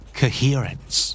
coherence